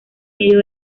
medio